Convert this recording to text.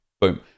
boom